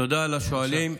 תודה לשואלים.